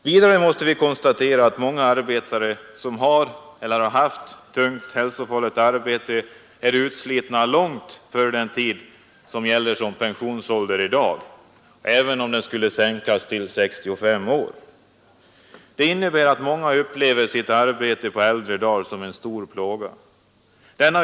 Vidare måste vi konstatera att många arbetare som har eller har haft tungt och hälsofarligt arbete är utslitna långt före den tid som gäller som pensionsålder i dag, även om gränsen skulle sänkas till 65 år. Det innebär att många upplever sitt arbete på äldre dagar som en stor plåga.